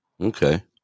Okay